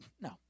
No